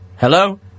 Hello